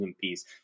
piece